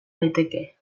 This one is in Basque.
daiteke